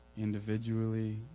individually